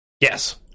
Yes